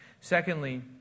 Secondly